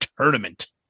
Tournament